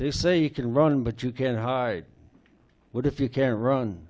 they say you can run but you can't hide what if you can't run